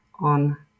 on